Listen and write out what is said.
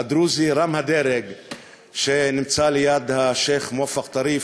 הדרוזי רם הדרג שנמצא ליד השיח' מואפק טריף,